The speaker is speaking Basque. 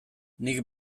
nik